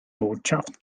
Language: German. botschaft